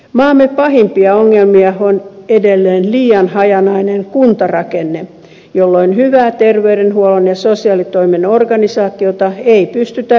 maamme pahimpia ongelmia on edelleen liian hajanainen kuntarakenne jolloin hyvää ter veydenhuollon ja sosiaalitoimen organisaatiota ei pystytä ylläpitämään